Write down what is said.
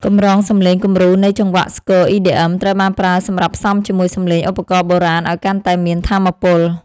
កម្រងសំឡេងគំរូ នៃចង្វាក់ស្គរ EDM ត្រូវបានប្រើសម្រាប់ផ្សំជាមួយសំឡេងឧបករណ៍បុរាណឱ្យកាន់តែមានថាមពល។